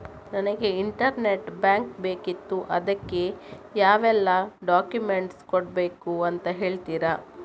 ನನಗೆ internet bank ಬೇಕಿತ್ತು ಅದಕ್ಕೆ ಯಾವೆಲ್ಲಾ ಡಾಕ್ಯುಮೆಂಟ್ಸ್ ಕೊಡ್ಬೇಕು ಅಂತ ಹೇಳ್ತಿರಾ?